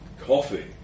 Coffee